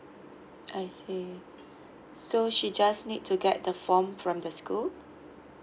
I see so she just need to get the form from the school